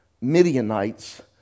Midianites